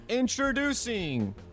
introducing